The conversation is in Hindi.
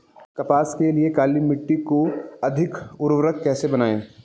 कपास के लिए काली मिट्टी को अधिक उर्वरक कैसे बनायें?